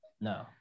No